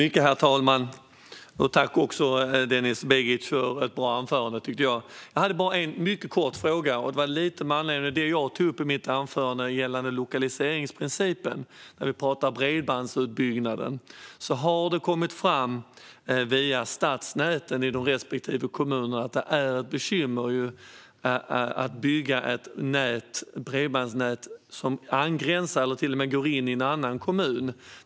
Herr talman! Jag tackar Denis Begic för ett bra anförande. Jag har en mycket kort fråga, lite med anledning av det jag tog upp i mitt huvudanförande om lokaliseringsprincipen. När det gäller bredbandsutbyggnaden har det kommit fram via stadsnäten i de respektive kommunerna att det finns bekymmer om man vill bygga ett bredbandsnät som angränsar till eller till och med går in i en annan kommun.